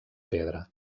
pedra